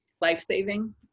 life-saving